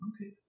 okay